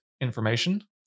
information